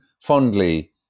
fondly